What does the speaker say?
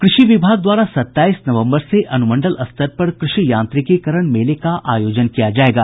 कृषि विभाग द्वारा सत्ताईस नवम्बर से अनुमंडल स्तर पर कृषि यांत्रिकीकरण मेले का आयोजन किया जायेगा